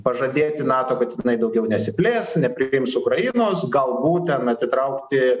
pažadėti nato kad jinai daugiau nesiplės nepriims ukrainos galbūt ten atitraukti